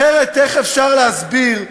אחרת איך אפשר להסביר,